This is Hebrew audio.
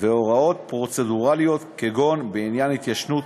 והוראות פרוצדורליות כגון בעניין התיישנות,